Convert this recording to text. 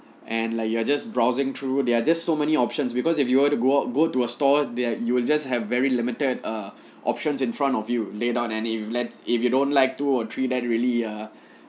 and like you are just browsing through there are just so many options because if you were to go out go to a store there are you will just have very limited err options in front of you lay down any like if you don't like two or three that really uh